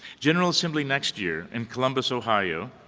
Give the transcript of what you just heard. general assembly next year in columbus, ohio,